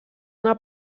una